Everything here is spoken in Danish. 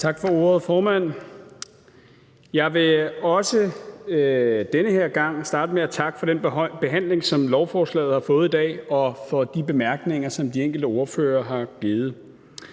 Tak for ordet, formand. Jeg vil også den her gang starte med at takke for den behandling, som lovforslaget har fået i dag, og for de bemærkninger, som de enkelte ordførere er kommet